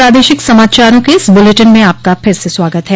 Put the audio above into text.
प्रादेशिक समाचारों के इस बुलेटिन में आपका फिर से स्वागत है